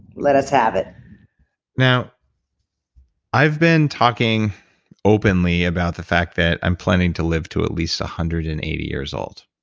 let us have it now i've been talking openly about the fact that i'm planning to live to at least one hundred and eighty years old.